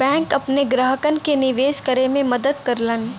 bank अपने ग्राहकन के निवेश करे में मदद करलन